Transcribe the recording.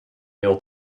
meal